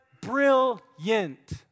Brilliant